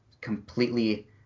completely